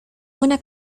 una